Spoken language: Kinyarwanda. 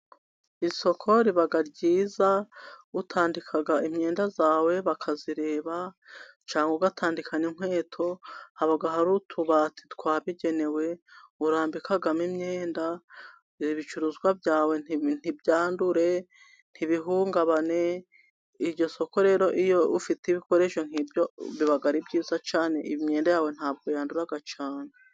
Isoko riba ryiza, utandika imyenda yawe bakayireba cyangwa ugatandika n'inkweto. Haba hari utubati twabigenewe urambikamo imyenda, ibicuruzwa byawe ntibyandure, ntibihungabane. Iryo soko rero iyo ufite ibikoresho nk'ibyo biba ari byiza cyane, imyenda yawe ntabwo yandura cyane.